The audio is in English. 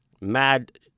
mad